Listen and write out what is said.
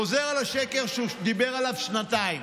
הוא חוזר על השקר שהוא דיבר עליו שנתיים: